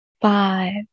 five